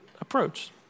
approach